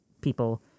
people